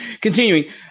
continuing